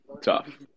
Tough